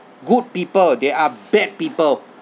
good people there are bad people